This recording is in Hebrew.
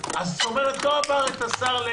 כלומר זה לא עבר את השר.